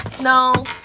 No